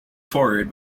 forward